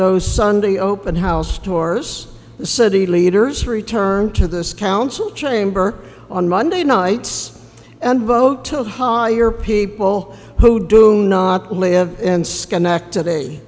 those sunday open house tours the city leaders return to this council chamber on monday nights and vote to hire people who do not live in schenectady